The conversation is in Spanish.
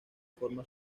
forma